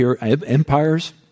empires